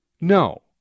No